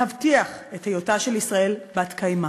להבטיח את היותה של ישראל בת-קיימא?